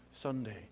Sunday